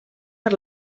per